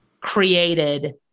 created